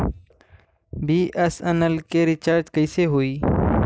BSNL के recharge कैसे होयी?